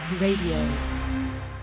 Radio